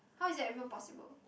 how is that even possible